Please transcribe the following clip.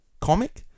comic